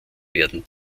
werden